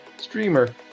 streamer